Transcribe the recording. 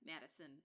Madison